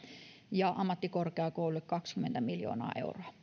ja ammattikorkeakouluille kaksikymmentä miljoonaa euroa